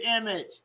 image